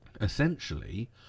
essentially